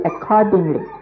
accordingly